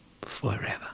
forever